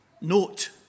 note